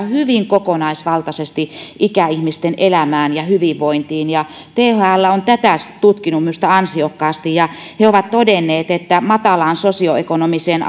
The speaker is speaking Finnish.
hyvin kokonaisvaltaisesti ikäihmisten elämään ja hyvinvointiin thl on tätä tutkinut minusta ansiokkaasti ja he ovat todenneet että matalaan sosioekonomiseen